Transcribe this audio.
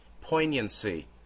poignancy